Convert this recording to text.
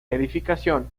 edificación